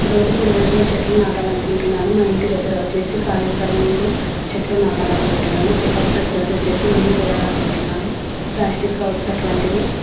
రోడ్డుకి ఇరవైపులా చెట్లు నాటాలనుకుంటున్నాను మా ఇంటి దగ్గర వచ్చేసి ఖాళీ స్థలంలో చెట్లు నాటాలనుకుంటున్నాను చెట్లకు ప్రతిరోజు వచ్చేసి నీళ్ళు పోయాలనుకుంటున్నాను ప్లాస్టిక్ కవర్స్ అటువంటివి